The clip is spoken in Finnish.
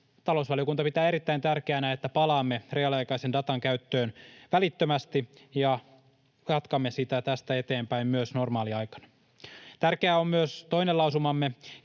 talousvaliokunta pitää erittäin tärkeänä, että palaamme reaaliaikaisen datan käyttöön välittömästi ja jatkamme sitä tästä eteenpäin myös normaaliaikana. Tärkeää on myös toinen lausumamme